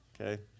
Okay